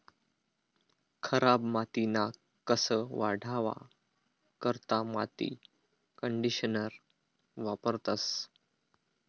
खराब मातीना कस वाढावा करता माती कंडीशनर वापरतंस